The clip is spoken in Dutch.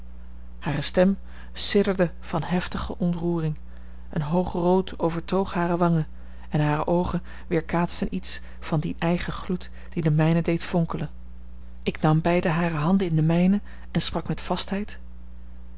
hare stem sidderde van heftige ontroering een hoog rood overtoog hare wangen en hare oogen weerkaatsten iets van dien eigen gloed die de mijnen deed fonkelen ik nam beide hare handen in de mijne en sprak met vastheid